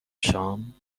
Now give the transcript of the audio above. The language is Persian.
شام